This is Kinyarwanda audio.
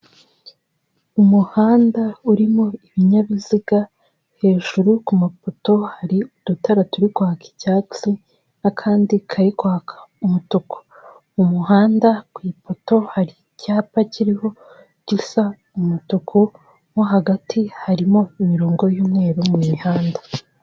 Umuhanda urimo ibinyabiziga hejuru ku mapoto hari udutara turi kwaka icyatsi n'akandi kari kwaka umutuku mu muhanda ku ipoto hari icyapa kiriho gisa umutuku wo hagati harimo imirongo y'umweru mu mihanda.